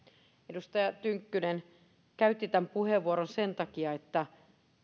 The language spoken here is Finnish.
edustaja tynkkynen käytti tämän puheenvuoron sen takia että